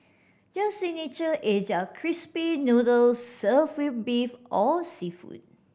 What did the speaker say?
their signature is their crispy noodles served with beef or seafood